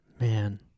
man